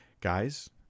Guys